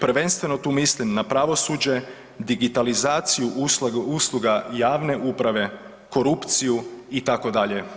Prvenstveno tu mislim na pravosuđe, digitalizaciju usluga javne uprave, korupciju itd.